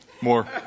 More